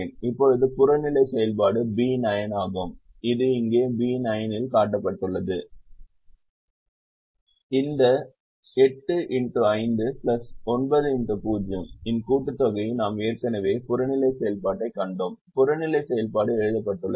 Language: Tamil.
இப்போது புறநிலை செயல்பாடு B9 ஆகும் இது இங்கே B9 இல் காட்டப்பட்டுள்ளது இந்த 8x5 9x0 இன் கூட்டுத்தொகையாக நாம் ஏற்கனவே புறநிலை செயல்பாட்டைக் கண்டோம் புறநிலை செயல்பாடு எழுதப்பட்டுள்ளது